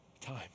time